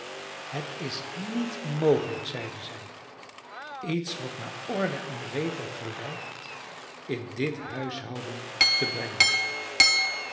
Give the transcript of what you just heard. het is niet mogelijk zeide zij iets wat naar orde en regel gelijkt in dit huishouden te brengen